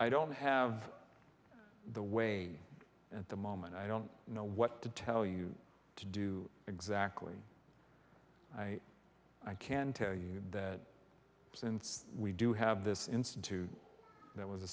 i don't have the way at the moment i don't know what to tell you to do exactly i can tell you that since we do have this institute that was